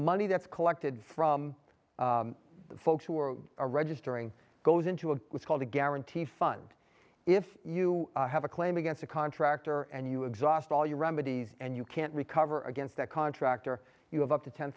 money that's collected from folks who are registering goes into a was called a guarantee fund if you have a claim against a contractor and you exhaust all your remedies and you can't recover against that contractor you have up to ten